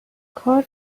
کار